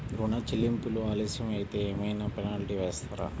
ఋణ చెల్లింపులు ఆలస్యం అయితే ఏమైన పెనాల్టీ వేస్తారా?